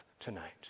Tonight